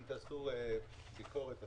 אם תעשו ביקורת אחרינו,